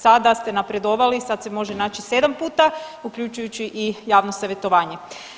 Sada ste napredovali, sad se može naći 7 puta, uključujući i javno savjetovanje.